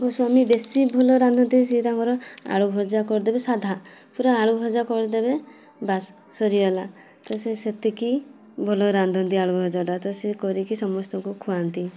ମୋ ସ୍ୱାମୀ ବେଶୀ ଭଲ ରାନ୍ଧନ୍ତି ସେ ତାଙ୍କର ଆଳୁ ଭଜା କରିଦେବେ ସାଧା ପୁରା ଆଳୁ ଭଜା କରିଦେବେ ବାସ ସରିଗଲା ତ ସେ ସେତିକି ଭଲ ରାନ୍ଧନ୍ତି ଆଳୁ ଭଜାଟା ତ ସେ କରିକି ସମସ୍ତଙ୍କୁ ଖୁଆନ୍ତି